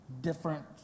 different